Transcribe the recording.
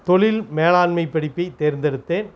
தொழில் மேலாண்மை படிப்பைத் தேர்ந்தெடுத்தேன்